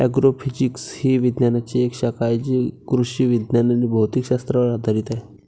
agrophysics ही विज्ञानाची एक शाखा आहे जी कृषी विज्ञान आणि भौतिक शास्त्रावर आधारित आहे